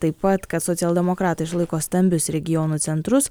taip pat kad socialdemokratai išlaiko stambius regionų centrus